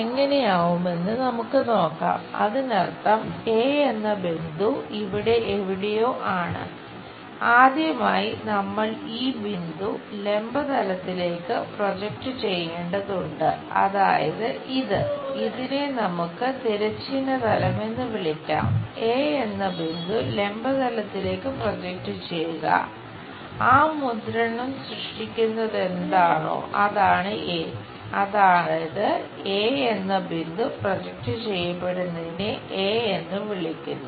A എന്ന് വിളിക്കുന്നു